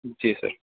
जी sir